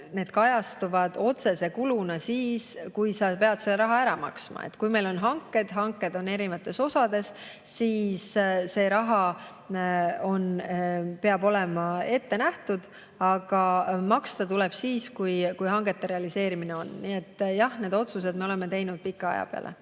kajastuvad need otsese kuluna siis, kui sa pead selle raha ära maksma. Kui meil on hanked, mis on erinevates osades, siis see raha peab olema ette nähtud, aga maksta tuleb siis, kui hangete realiseerimine on. Nii et jah, need otsused me oleme teinud pika aja peale.